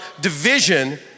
division